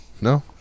no